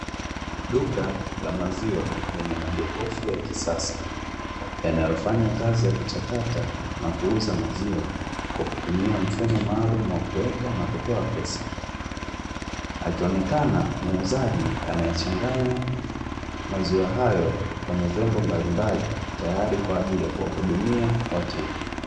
Duka la maziwa lenye majokofu ya kisasa yanayofanya kazi ya kuchakata na kuuza maziwa kwa kutumia mfumo maalumu wa kuweka na kutoa pesa, akionekana muuzaji anayechanganya maziwa hayo kwenye vyombo mbalimbali, tayari kwa ajili ya kuwahudumia wateja.